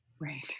Right